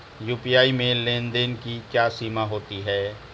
UPI में लेन देन की क्या सीमा होती है?